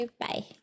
bye